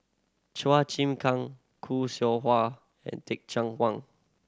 Chua Chim Kang Khoo Seow Hwa and Teh Cheang Wan